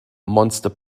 monster